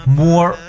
more